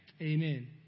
Amen